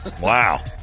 wow